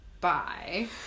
Bye